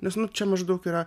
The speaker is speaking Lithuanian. nes čia maždaug yra